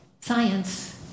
science